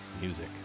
Music